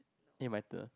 eh my turn